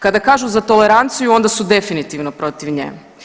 Kada kažu za toleranciju onda su definitivno protiv nje.